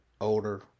older